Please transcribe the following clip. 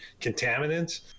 contaminants